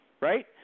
Right